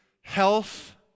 Health